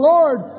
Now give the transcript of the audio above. Lord